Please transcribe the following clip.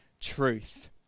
truth